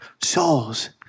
souls